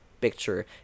picture